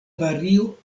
vario